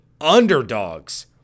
underdogs